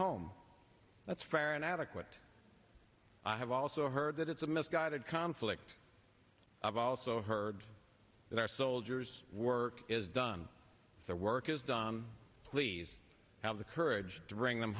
home that's fair and adequate i have also heard that it's a misguided conflict i've also heard that our soldiers work is done the work is done please have the courage to bring them